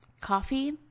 Coffee